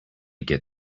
get